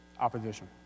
opposition